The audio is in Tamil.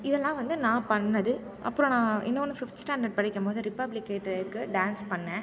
இதெல்லாம் வந்து நான் பண்ணது அப்புறம் நான் இன்னொன்று ஃபிஃப்த் ஸ்டாண்டர்ட் படிக்கும்போது ரிபப்ளிக் டேக்கு டான்ஸ் பண்ணிணேன்